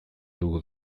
dugu